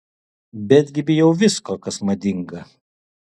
betgi bijau visko kas madinga